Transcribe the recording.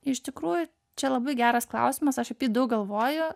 iš tikrųjų čia labai geras klausimas aš apie jį daug galvoju